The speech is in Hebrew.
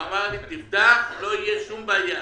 הוא אמר לי, תפתח, לא תהיה שום בעיה.